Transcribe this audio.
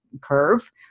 curve